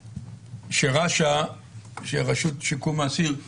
שרש"א שהיא רשות שיקום האסיר,